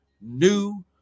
new